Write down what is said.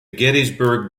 gettysburg